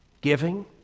giving